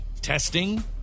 testing